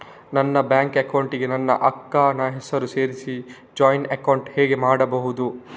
ನನ್ನ bank account ಗೆ ನನ್ನ ಅಕ್ಕ ನ ಹೆಸರನ್ನ ಸೇರಿಸಿ ಜಾಯಿನ್ ಅಕೌಂಟ್ ಹೇಗೆ ಮಾಡುದು?